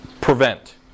prevent